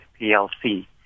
PLC